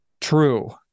true